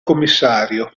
commissario